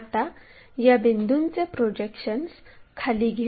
आता या बिंदूंचे प्रोजेक्शन्स खाली घेऊ